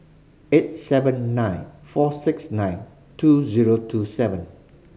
eight seven nine four six nine two zero two seven